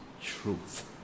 truth